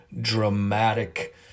dramatic